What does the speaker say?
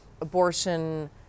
abortion